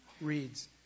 reads